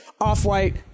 off-white